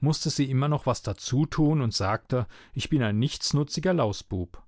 mußte sie immer noch was dazutun und sagte ich bin ein nichtsnutziger lausbub